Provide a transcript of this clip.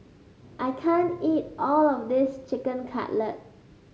I can't eat all of this Chicken Cutlet